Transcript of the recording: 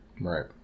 Right